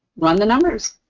run the numbers.